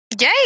Yay